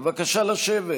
בבקשה לשבת.